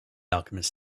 alchemist